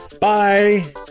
Bye